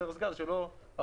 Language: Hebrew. אני חושב שמיצינו את הנושא זה.